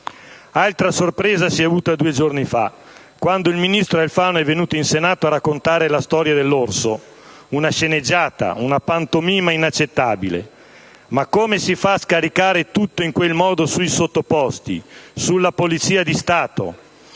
seconda sorpresa si è avuta due giorni fa, quando il ministro Alfano è venuto in Senato a raccontare la storia dell'orso: una sceneggiata, una pantomima inaccettabile. Ma come si fa a scaricare tutto in quel modo sui sottoposti? Sulla Polizia di Stato?